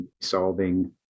solving